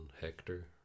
Hector